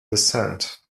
descent